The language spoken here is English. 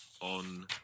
on